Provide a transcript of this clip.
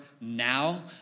now